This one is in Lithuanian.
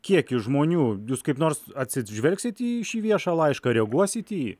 kiekis žmonių jūs kaip nors atsižvelgsit į šį viešą laišką reaguosit į jį